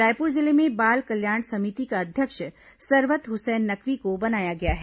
रायपुर जिले में बाल कल्याण समिति का अध्यक्ष सरवत हुसैन नकवी को बनाया गया है